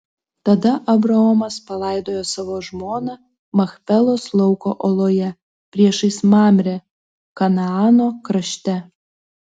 tada abraomas palaidojo savo žmoną machpelos lauko oloje priešais mamrę kanaano krašte